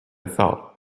thought